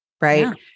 right